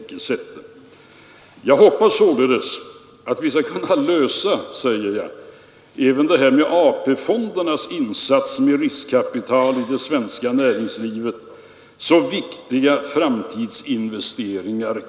Jag slutade mitt anförande: ”Jag hoppas således ——=— att vi skall kunna lösa frågan om AP-fondernas insats med riskkapital i det svenska näringslivets så viktiga framtidsinvesteringar.